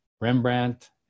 Rembrandt